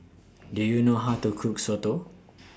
Do YOU know How to Cook Soto